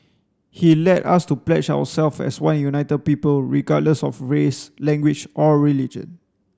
he led us to pledge as one united people regardless of race language or religion